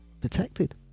protected